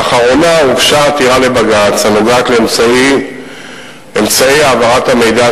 לאחרונה הוגשה עתירה לבג"ץ הנוגעת לאמצעי העברת המידע